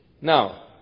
Now